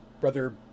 Brother